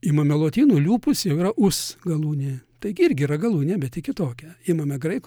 imame lotynų lupus jau yra us galūnė taigi irgi yra galūnė bet ji kitokia imame graikų